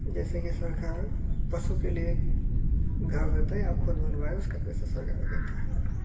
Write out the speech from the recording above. जैसे कि सरकार पशु के लिए घर देते हैं या ख़ुद बनवाए उसका पैसा सरकार देती है